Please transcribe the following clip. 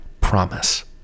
promise